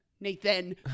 nathan